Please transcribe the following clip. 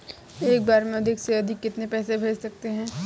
एक बार में अधिक से अधिक कितने पैसे भेज सकते हैं?